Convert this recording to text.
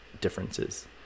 differences